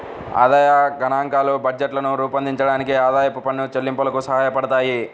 ఆదాయ గణాంకాలు బడ్జెట్లను రూపొందించడానికి, ఆదాయపు పన్ను చెల్లింపులకు సహాయపడతాయి